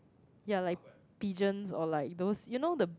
yeah like pigeons or like those you know the